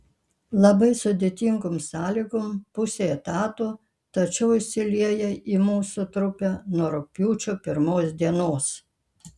labai sudėtingom sąlygom pusei etato tačiau įsilieja į mūsų trupę nuo rugpjūčio pirmos dienos